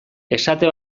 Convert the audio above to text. esate